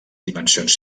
dimensions